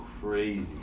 crazy